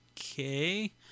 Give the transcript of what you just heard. okay